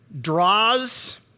draws